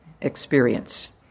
experience